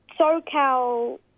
SoCal